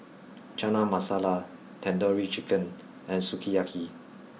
Chana Masala Tandoori Chicken and Sukiyaki